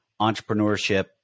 entrepreneurship